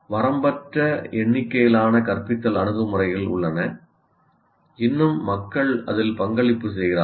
வரம்பற்ற எண்ணிக்கையிலான கற்பித்தல் அணுகுமுறைகள் உள்ளன இன்னும் மக்கள் அதில் பங்களிப்பு செய்கிறார்கள்